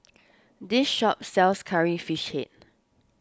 this shop sells Curry Fish Head